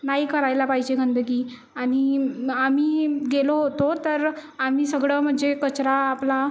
नाही करायला पाहिजे गंदगी आणि आम्ही गेलो होतो तर आम्ही सगळं म्हणजे कचरा आपला